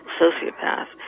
sociopath